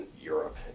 Europe